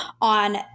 on